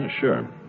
Sure